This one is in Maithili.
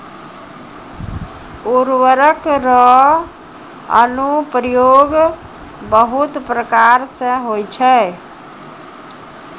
उर्वरक रो अनुप्रयोग बहुत प्रकार से होय छै